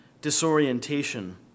disorientation